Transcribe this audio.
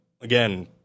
again